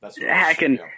Hacking